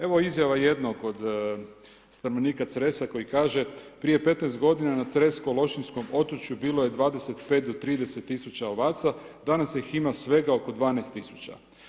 Evo izjava jednoga od stanovnika Cresa koji kaže, prije 15 godina na Cresko Lošinjskom otočju bilo je 25 do 30 000 ovaca, danas ih ima svega oko 12 000.